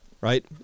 right